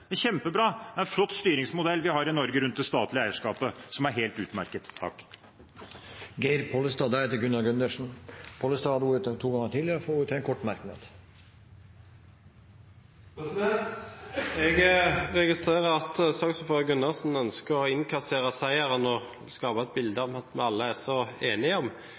kjempebra, det er en flott styringsmodell vi har i Norge rundt det statlige eierskapet – det er helt utmerket. Representanten Geir Pollestad har hatt ordet to ganger tidligere og får ordet til en kort merknad, begrenset til 1 minutt. Jeg registrerer at saksordfører Gundersen ønsker å innkassere seieren og skape et bilde av at vi alle er så enige.